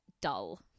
dull